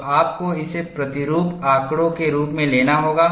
तो आपको इसे प्रतिरूप आंकड़ों के रूप में लेना होगा